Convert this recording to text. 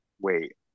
wait